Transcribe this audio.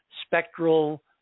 spectral